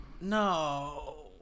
No